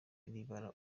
ribara